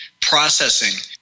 processing